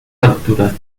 alturas